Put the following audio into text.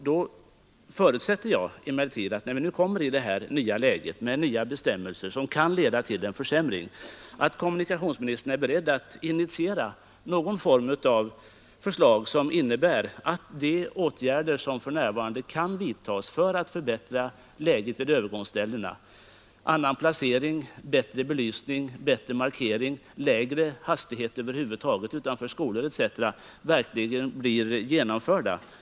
Jag förutsätter, att när vi nu kommer i ett nytt läge med nya bestämmelser, som kan leda till en försämring, kommunikationsministern då är beredd att initiera de åtgärder, som för närvarande kan vidtas för att förbättra läget vid övergångsställena — annan placering, bättre belysning, bättre markering, lägre hastighet utanför skolor etc. — verkligen blir genomförda.